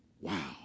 Wow